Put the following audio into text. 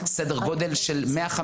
סדר גודל של 150,